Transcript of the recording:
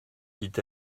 dit